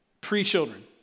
pre-children